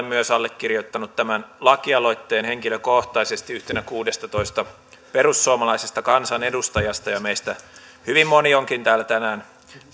myös allekirjoittanut tämän lakialoitteen henkilökohtaisesti yhtenä kuudestatoista perussuomalaisesta kansanedustajasta ja meistä hyvin moni onkin täällä tänään